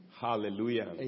Hallelujah